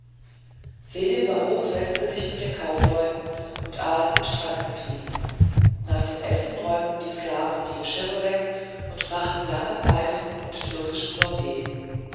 selim baruch setzte sich zu den kaufleuten und aß und trank mit ihnen nach dem essen räumten die sklaven die geschirre hinweg und brachten lange pfeifen und türkischen sorbet